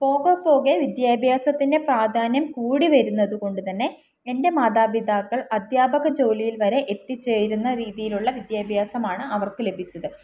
പോകപ്പോകെ വിദ്യാഭ്യാസത്തിൻ്റെ പ്രാധാന്യം കൂടി വരുന്നതുകൊണ്ടുതന്നെ എൻ്റെ മാതാപിതാക്കൾ അദ്ധ്യാപക ജോലിയിൽവരെ എത്തിച്ചേരുന്ന രീതിയിലുള്ള വിദ്യാഭ്യാസമാണ് അവർക്ക് ലഭിച്ചത്